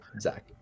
Zach